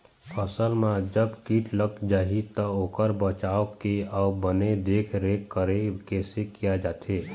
फसल मा जब कीट लग जाही ता ओकर बचाव के अउ बने देख देख रेख कैसे किया जाथे?